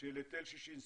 של היטל ששינסקי,